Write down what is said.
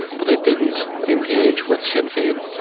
but they didn't engage with sinn fein,